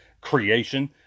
creation